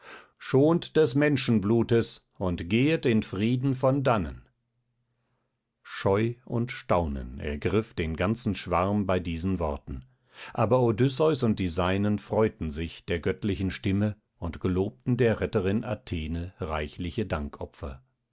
schont des menschenblutes und gehet in frieden von dannen scheu und staunen ergriff den ganzen schwarm bei diesen worten aber odysseus und die seinen freuten sich der göttlichen stimme und gelobten der retterin athene reichliche